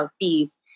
fees